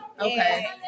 Okay